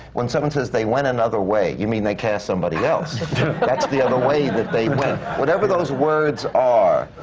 when someone says, they went another way, you mean they cast somebody else! that's the other way that they went. whatever those words are,